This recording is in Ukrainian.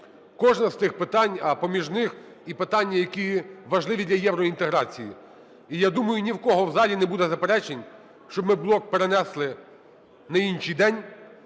кожне з цих питань, а поміж них і питання, які важливі для євроінтеграції. І я думаю, ні в кого в залі не буде заперечень, щоб ми блок перенесли на інший день.